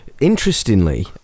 interestingly